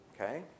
okay